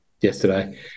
yesterday